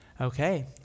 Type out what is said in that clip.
Okay